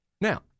Now